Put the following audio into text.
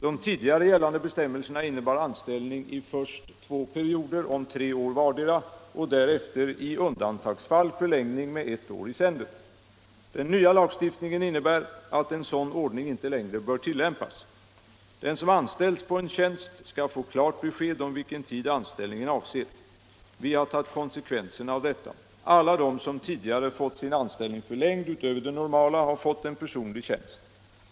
De tidigare gällande bestämmelserna innebar anställning i först två pe rioder om tre år vardera och därefter i undantagsfall förlängning med ett år i sänder. Den nya lagstiftningen innebär att en sådan ordning inte längre bör tillämpas. Den som anställs på en tjänst skall få klart besked om vilken tid anställningen avser. Vi har tagit konsekvenserna av detta. Alla de som tidigare fått sin anställning förlängd utöver det normala har fått en personlig tjänst.